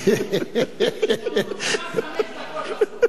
קח חמש דקות לחשוב.